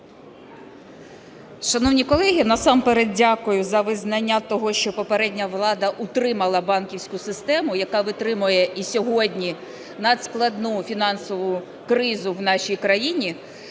Шановні колеги, насамперед дякую за визнання того, що попередня влада утримала банківську систему, яка витримує і сьогодні надскладну фінансову кризу в нашій країні.